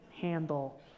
handle